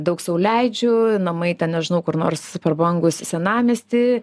daug sau leidžiu namai ten nežinau kur nors prabangūs senamiesty